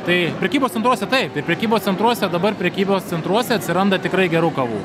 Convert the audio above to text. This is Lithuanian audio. tai prekybos centruose taip tai prekybos centruose dabar prekybos centruose atsiranda tikrai gerų kavų